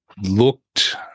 looked